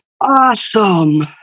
awesome